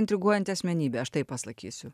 intriguojanti asmenybė aš taip pasakysiu